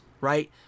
right